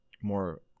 more